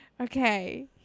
okay